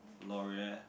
Loreal